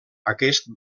aquest